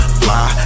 fly